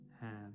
hand